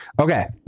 Okay